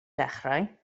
dechrau